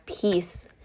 peace